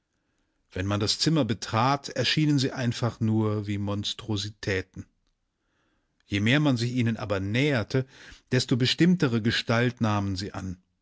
wenn man das zimmer betrat erschienen sie einfach nur wie monstrositäten je mehr man sich ihnen aber näherte desto bestimmtere gestalt nahmen sie an